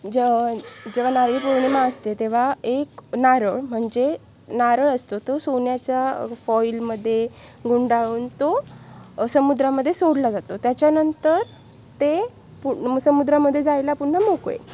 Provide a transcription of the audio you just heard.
ज जेव्हा नारळी पौर्णिमा असते तेव्हा एक नारळ म्हणजे नारळ असतो तो सोन्याच्या फॉइलमध्ये गुंडाळून तो समुद्रामध्ये सोडला जातो त्याच्यानंतर ते पु समुद्रामध्ये जायला पुन्हा मोकळे